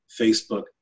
Facebook